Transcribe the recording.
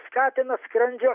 skatina skrandžio